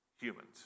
humans